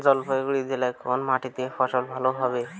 জলপাইগুড়ি জেলায় কোন মাটিতে ফসল ভালো হবে?